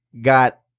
got